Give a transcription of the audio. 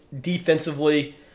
defensively